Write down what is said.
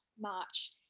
March